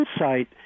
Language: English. insight